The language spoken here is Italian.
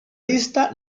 lista